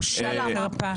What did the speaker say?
בושה וחרפה.